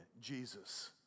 Jesus